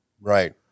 Right